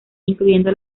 incluyendo